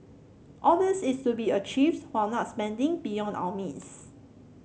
all this is to be achieved while not spending beyond our means